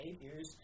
behaviors